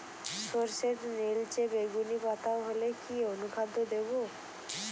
সরর্ষের নিলচে বেগুনি পাতা হলে কি অনুখাদ্য দেবো?